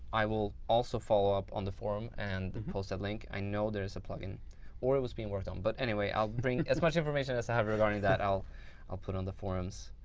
i will also follow up on the forum and post that link. i know there's a plugin or it was being worked on, but anyway, i'll bring as much information as i have regarding that. i'll i'll put it on the forums.